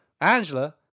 Angela